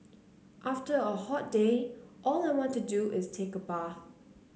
after a hot day all I want to do is take a bath